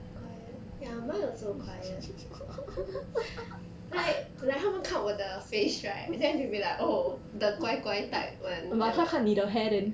quiet ya mine also quiet like like 他们看我的 face right then will be like oh the 乖乖 type [one]